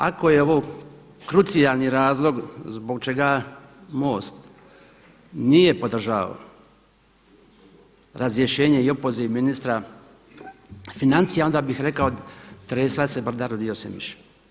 Ako je ovo krucijalni razlog zbog čega MOST nije podržao razrješenje i opoziv ministra financija, onda bih rekao, tresla se brda rodio se miš.